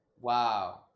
Wow